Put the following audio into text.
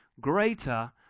greater